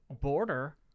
border